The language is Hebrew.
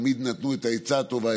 תמיד נתנו את העצה הטובה,